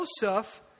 Joseph